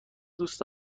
دوست